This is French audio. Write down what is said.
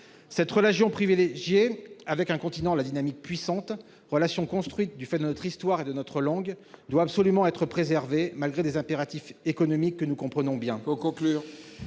Cette relation privilégiée avec un continent à la dynamique puissante, relation construite du fait de notre histoire et de notre langue, doit absolument être préservée malgré des impératifs économiques que nous comprenons bien.